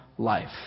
life